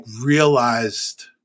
realized